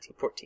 1914